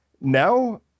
Now